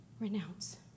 Renounce